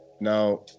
Now